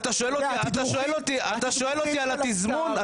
אתה שואל אותי על התזמון?